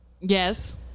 yes